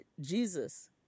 Jesus